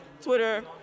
Twitter